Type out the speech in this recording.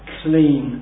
clean